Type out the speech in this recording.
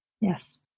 Yes